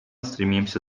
стремимся